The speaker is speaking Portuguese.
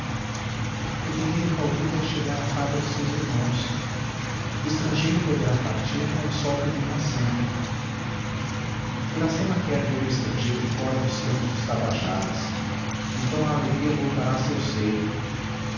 o guerreiro caubi vai chegar à taba de seus irmãos o estrangeiro poderá partir com o sol que vem nascendo iracema quer ver o estrangeiro fora dos campos dos tabajaras então a alegria voltará a seu seio